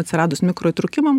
atsiradus mikro įtrūkimam